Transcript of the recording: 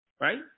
right